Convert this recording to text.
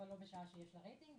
אבל לא בשעה שיש לה רייטינג,